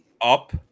up